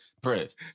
press